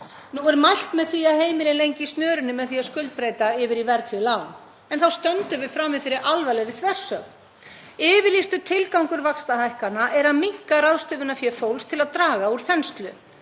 Nú er mælt með því að heimilin lengi í snörunni með því að skuldbreyta yfir í verðtryggð lán en þá stöndum við frammi fyrir alvarlegri þversögn. Yfirlýstur tilgangur vaxtahækkana er að minnka ráðstöfunarfé fólks til að draga úr þenslu.